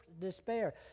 despair